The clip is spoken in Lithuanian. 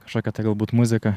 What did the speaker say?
kažkokia tai galbūt muzika